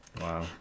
Wow